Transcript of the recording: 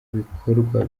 bikorwa